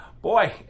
Boy